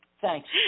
Thanks